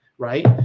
right